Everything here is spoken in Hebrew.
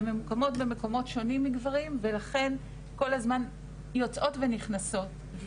הן ממוקמות במקומות שונים מגברים ולכן כל הזמן יוצאות ונכנסות.